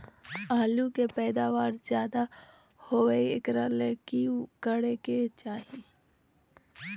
आलु के पैदावार ज्यादा होय एकरा ले की करे के चाही?